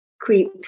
creep